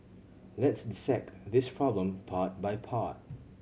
let's dissect this problem part by part